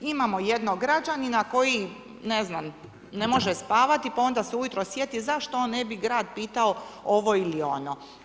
Imamo jednog građanina koji ne znam, ne može spavati pa onda se ujutro sjeti zašto on ne bi grad pitao ovo ili ono.